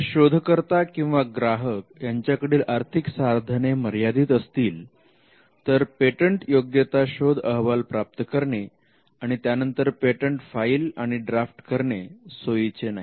जर शोधकर्ता किंवा ग्राहक यांच्याकडील आर्थिक साधने मर्यादित असतील तर पेटंटयोग्यता शोध अहवाल प्राप्त करणे आणि त्यानंतर पेटंट फाईल आणि ड्राफ्ट करणे सोयीचे नाही